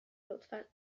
لطفا